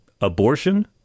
abortion